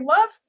love